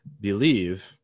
believe